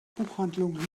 buchhandlung